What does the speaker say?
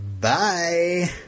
Bye